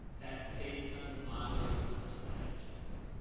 that's based on the modeling assumption that i chose.